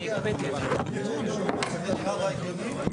טוב, חברות וחברים.